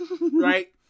right